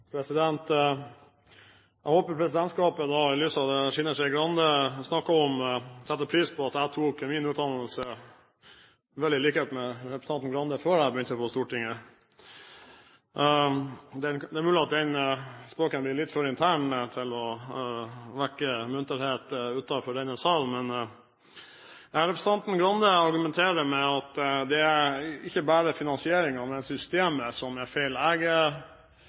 Jeg håper presidentskapet, i lys av det Trine Skei Grande snakket om, setter pris på at jeg tok min utdannelse – vel i likhet med representanten Skei Grande – før jeg begynte på Stortinget. Det er mulig at den spøken blir litt for intern til å vekke munterhet utenfor denne salen. Representanten Skei Grande argumenterer med at det er ikke bare finansieringen, men systemet som er feil. Jeg